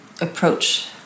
approach